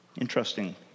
interesting